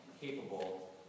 capable